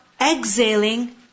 exhaling